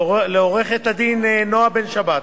לעורכת-הדין נועה בן-שבת,